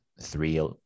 three